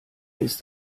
ist